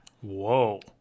Whoa